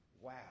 wow